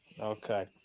okay